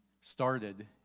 started